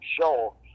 show